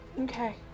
Okay